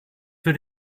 für